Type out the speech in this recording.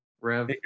Rev